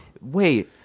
Wait